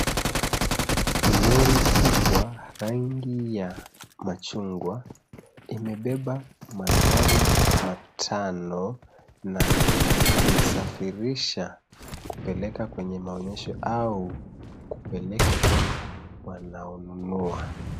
Lori kubwa rangi ya machungwa imebeba magari matano na kuisafirisha kupeleka kwenye maonyesho au kupeleka kwa wanaonunua.